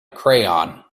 crayon